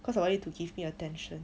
cause I want you to give me attention